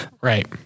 Right